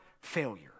failure